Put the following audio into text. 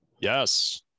Yes